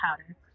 powder